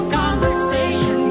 conversation